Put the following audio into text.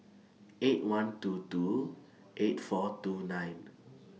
eight one two two eight four two nine